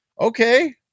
okay